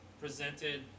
presented